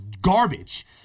garbage